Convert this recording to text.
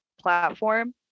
platform